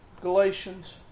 Galatians